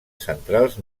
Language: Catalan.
centrals